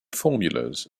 formulas